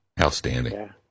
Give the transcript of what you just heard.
Outstanding